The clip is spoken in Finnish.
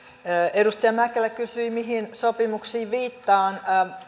edustaja mäkelä kysyi mihin sopimuksiin viittaan